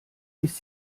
ist